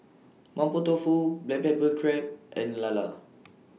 Mapo Tofu Black Pepper Crab and Lala